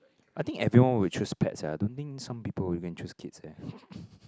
I think everyone will choose pets ah I don't think some people will go and choose kids eh